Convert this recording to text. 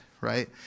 right